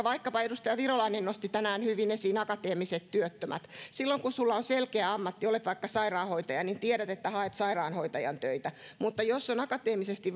vaikkapa edustaja virolainen nosti tänään hyvin esiin akateemiset työttömät silloin kun on selkeä ammatti olet vaikka sairaanhoitaja niin tiedät että haet sairaanhoitajan töitä mutta jos on akateemisesti